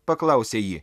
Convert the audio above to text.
paklausė ji